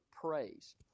praise